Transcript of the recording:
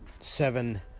seven